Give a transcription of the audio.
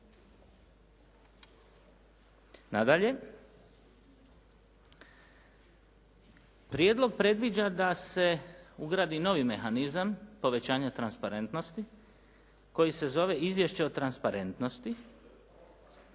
Nadalje, prijedlog predviđa da se ugradi novi mehanizam povećanja transparentnosti koji se zove Izvješće o transparentnosti